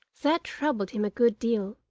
that troubled him a good deal,